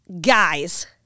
guys